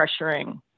pressuring